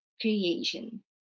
creation